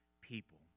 people